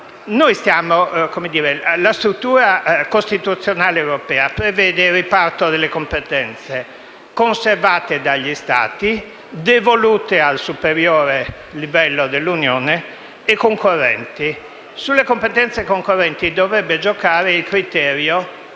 La struttura costituzionale europea prevede il riparto delle competenze, conservate dagli Stati, devolute al superiore livello dell'Unione e concorrenti. Sulle competenze concorrenti dovrebbe giocare il criterio